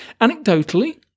anecdotally